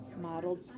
modeled